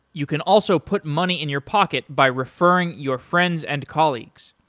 you can also put money in your pocket by referring your friends and colleagues.